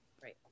Great